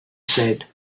said